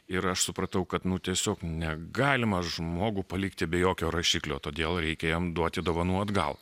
ir aš supratau kad nu tiesiog negalima žmogų palikti be jokio rašiklio todėl reikia jam duoti dovanų atgal